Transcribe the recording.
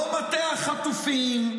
לא מטה החטופים,